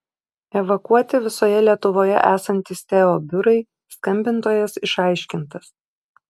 evakuoti visoje lietuvoje esantys teo biurai skambintojas išaiškintas